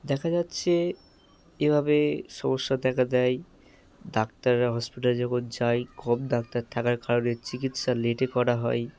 দেখা যাচ্ছে এভাবে সমস্যা দেখা দেয় ডাক্তাররা হসপিটালে যখন যায় কম ডাক্তার থাকার কারণে চিকিৎসা লেটে করা হয়